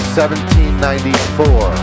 1794